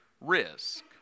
risk